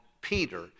Peter